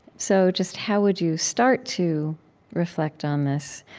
so just how would you start to reflect on this